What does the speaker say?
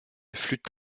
flûte